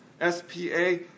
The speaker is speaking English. S-P-A